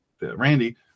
Randy